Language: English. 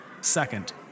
Second